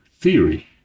theory